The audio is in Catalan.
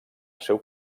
seu